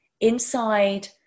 inside